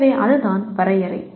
எனவே அதுதான் வரையறை